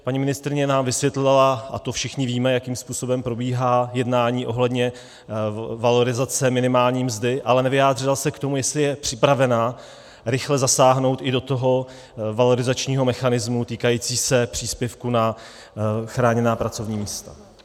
Paní ministryně nám vysvětlila, a to všichni víme, jakým způsobem probíhá jednání ohledně valorizace minimální mzdy, ale nevyjádřila se k tomu, jestli je připravena rychle zasáhnout i do toho valorizačního mechanismu týkajícího se příspěvku na chráněná pracovní místa.